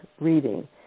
reading